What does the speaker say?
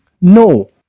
No